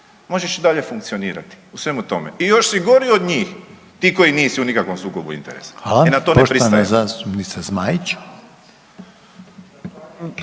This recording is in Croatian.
možeš i dalje funkcionirati u svemu tome i još si gori od njih ti koji nisu u nikakvom sukobu interesa …/Govornici